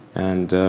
and